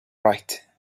right